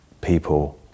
people